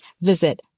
visit